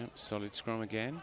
yeah so it's growing again